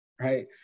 right